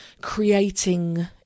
creating